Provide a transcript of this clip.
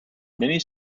many